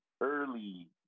early